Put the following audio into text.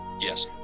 yes